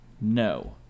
No